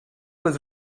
les